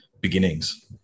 beginnings